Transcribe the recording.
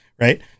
Right